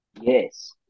Yes